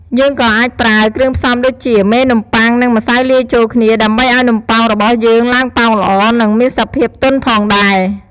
យើងក៏អាចប្រើ គ្រឿងផ្សំដូចជា មេនំបុ័ង និង ម្សៅលាយចូលគ្នា ដើម្បីឱ្យនំប៉ោងរបស់យើងឡើងប៉ោងល្អ និងមានសភាពទន់ផងដែរ។